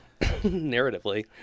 narratively